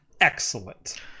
excellent